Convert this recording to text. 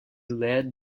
led